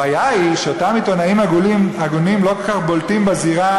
הבעיה היא שאותם עיתונאים הגונים לא כל כך בולטים בזירה